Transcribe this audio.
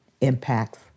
impacts